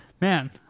Man